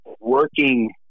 working